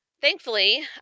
Thankfully